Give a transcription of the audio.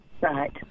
Right